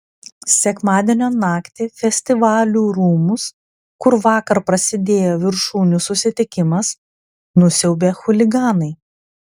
sekmadienio naktį festivalių rūmus kur vakar prasidėjo viršūnių susitikimas nusiaubė chuliganai